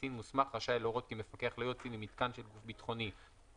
קצין מוסמך רשאי להורות כי מפקח לא יוציא ממיתקן של גוף ביטחוני חפץ